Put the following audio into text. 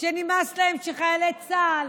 שנמאס להם שחיילי צה"ל